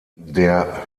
der